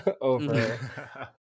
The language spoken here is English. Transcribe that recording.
over